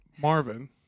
Marvin